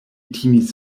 timis